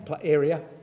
area